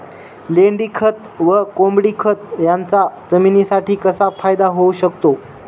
लेंडीखत व कोंबडीखत याचा जमिनीसाठी कसा फायदा होऊ शकतो?